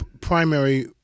primary